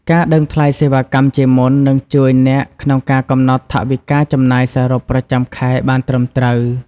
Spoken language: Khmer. ការដឹងថ្លៃសេវាកម្មជាមុន នឹងជួយអ្នកក្នុងការកំណត់ថវិកាចំណាយសរុបប្រចាំខែបានត្រឹមត្រូវ។